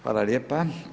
Hvala lijepa.